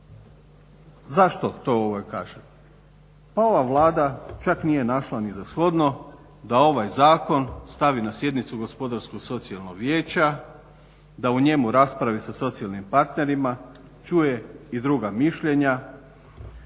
Zašto to kažem? Pa ova Vlada čak nije našla ni za shodno stavi na sjednicu Gospodarsko-socijalnog vijeća da o njemu raspravi sa socijalnim partnerima, čuje i druga mišljenja,